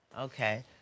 Okay